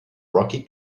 rocky